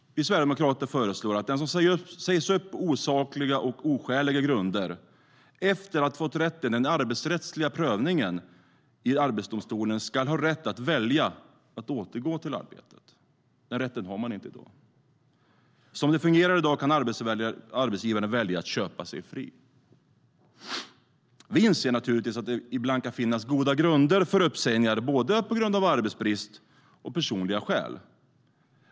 Vi sverigedemokrater föreslår att den som sägs upp på osakliga och oskäliga grunder efter att fått rätt i den arbetsrättsliga prövningen i Arbetsdomstolen ska ha rätt att välja att återgå till arbetet. Den rätten har man inte i dag, för som det fungerar i dag kan arbetsgivaren välja att köpa sig fri. Vi inser naturligtvis att det ibland kan finnas goda grunder för uppsägning, både på grund av arbetsbrist och av personliga skäl.